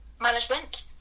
management